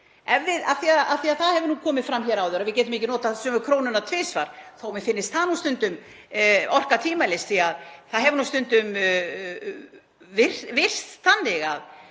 Það hefur komið fram hér áður að við getum ekki notað sömu krónuna tvisvar, þó að mér finnist það stundum orka tvímælis, því að það hefur stundum virst þannig að